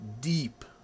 Deep